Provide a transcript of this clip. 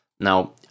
Now